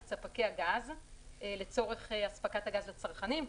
את ספקי הגז לצורך אספקת הגז לצרכנים,